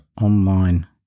online